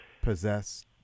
possess